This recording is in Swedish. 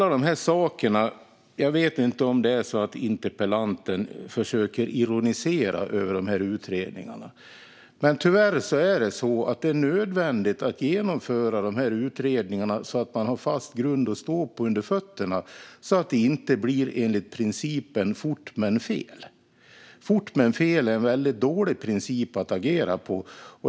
Jag vet inte om det är så att interpellanten försöker ironisera över utredningarna, men tyvärr är det nödvändigt att genomföra dessa utredningar så att man har fast grund under fötterna - så att det inte blir enligt principen "fort men fel". Fort men fel är en väldigt dålig princip att agera på.